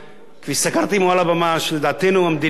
כפי שסקרתי מעל הבמה, שלדעתנו המדיניות,